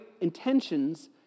intentions